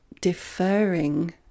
deferring